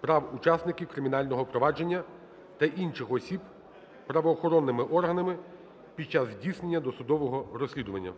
прав учасників кримінального провадження та інших осіб правоохоронними органами під час здійснення досудового розслідування"